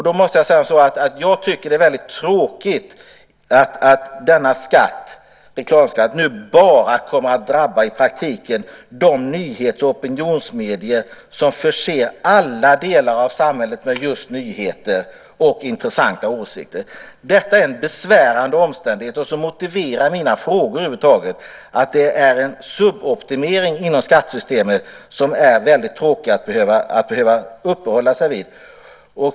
Då måste jag säga att jag tycker att det är väldigt tråkigt att reklamskatten i praktiken nu bara kommer att drabba de nyhets och opinionsmedier som förser alla delar av samhället med just nyheter och intressanta åsikter. Detta är en besvärande omständighet och en som över huvud taget motiverar mina frågor. Det är en suboptimering inom skattesystemet som är väldigt tråkig att behöva uppehålla sig vid.